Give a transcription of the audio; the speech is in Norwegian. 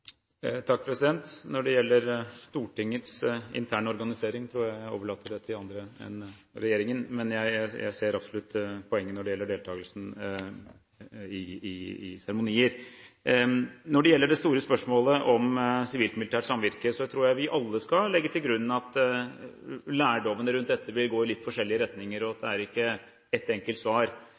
Når det gjelder Stortingets interne organisering, tror jeg jeg overlater det til andre enn regjeringen, men jeg ser absolutt poenget når det gjelder deltagelsen i seremonier. Når det gjelder det store spørsmålet om sivilt-militært samvirke, tror jeg vi alle skal legge til grunn at lærdommen rundt dette vil gå i litt forskjellige retninger, og at det ikke er ett enkelt svar.